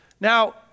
Now